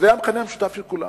זה היה המכנה המשותף של כולם.